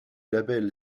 label